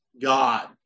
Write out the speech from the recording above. God